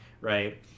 right